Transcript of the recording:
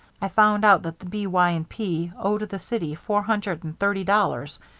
i found out that the b. y. and p. owed the city four hundred and thirty dollars,